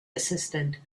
assistant